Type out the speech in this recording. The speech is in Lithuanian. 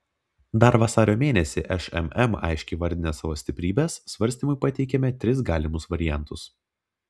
dar vasario mėnesį šmm aiškiai įvardinę savo stiprybes svarstymui pateikėme tris galimus variantus